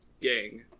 gang